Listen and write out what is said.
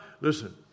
Listen